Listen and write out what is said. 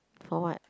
for what